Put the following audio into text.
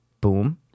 Boom